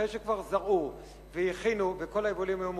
אחרי שכבר זרעו והכינו וכל היבולים היו מוכנים,